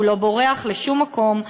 הוא לא בורח לשום מקום,